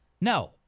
No